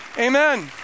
Amen